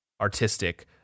artistic